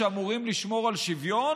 שאמורים לשמור על שוויון,